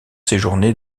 séjourner